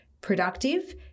productive